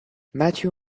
matthew